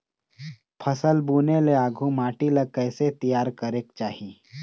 फसल बुने ले आघु माटी ला कइसे तियार करेक चाही?